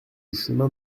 chemin